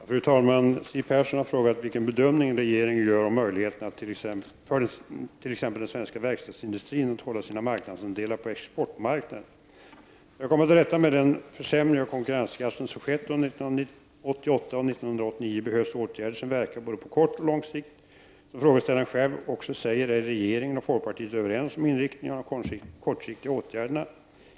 Fru talman! Siw Persson har frågat vilken bedömning regeringen gör om möjligheten för t.ex. den svenska verkstadsindustrin att hålla sina marknadsandelar på exportmarknaden. För att komma till rätta med den försämring av konkurrenskraften som skett under 1988 och 1989 behövs åtgärder som verkar på både kort och lång sikt. Som frågeställaren själv också säger är regeringen och folkpartiet överens om inriktningen av de kortsiktiga åtgärderna.